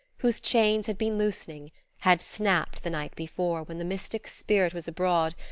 whose chains had been loosening had snapped the night before when the mystic spirit was abroad,